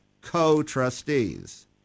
co-trustees